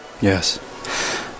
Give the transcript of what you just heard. Yes